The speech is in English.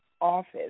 Office